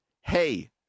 Hey